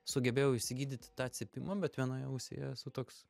sugebėjau išsigydyti tą cypimą bet vienoj ausy esu toks